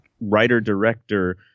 writer-director